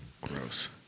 gross